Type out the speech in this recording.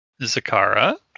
Zakara